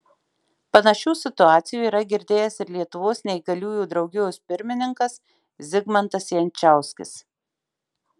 panašių situacijų yra girdėjęs ir lietuvos neįgaliųjų draugijos pirmininkas zigmantas jančauskis